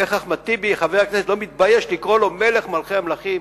איך אחמד טיבי לא מתבייש לקרוא לו: מלך מלכי המלכים?